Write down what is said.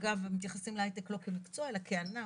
אגב, מתייחסים להייטק לא כמקצוע, אלא כענף.